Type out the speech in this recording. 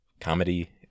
comedy